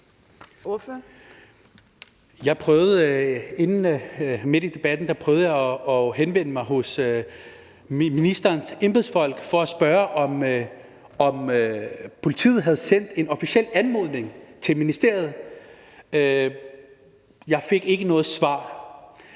Jeg prøvede i løbet af debatten at henvende mig til ministerens embedsfolk for at spørge, om politiet havde sendt en officiel anmodning til ministeriet, men jeg fik ikke noget svar.